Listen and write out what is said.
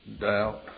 doubt